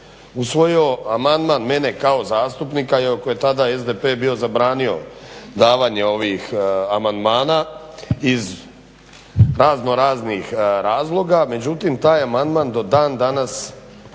usvojio amandman mene kao zastupnika, iako je tada SDP bio zabranio davanje ovih amandmana iz razno raznih razloga. Međutim, taj amandman do dan danas